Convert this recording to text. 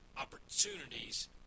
opportunities